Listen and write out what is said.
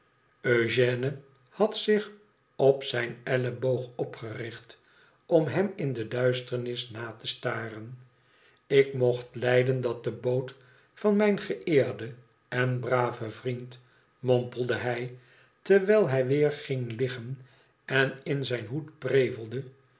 ëngène had zich op zijn elleboog opgericht om hem in de duisternis na te staren lik mocht lijden dat de boot van mixn geëerden en braven vriend mompelde hij terwijl hij weer ging liggen en in zijn hoed prevelde